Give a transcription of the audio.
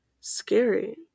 scary